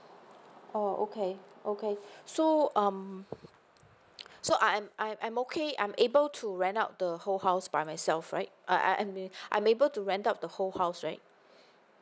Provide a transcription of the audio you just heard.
oh okay okay so um so I'm I'm I'm okay I'm able to rent out the whole house by myself right I I I I'm able to rent out the whole house right